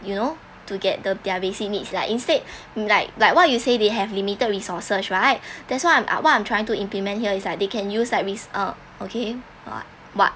you know to get the their basic needs like instead mm like like what you say they have limited resources right that's why ah what I'm trying to implement here is like they can use like ris~ uh okay ah what